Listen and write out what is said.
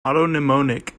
autonomic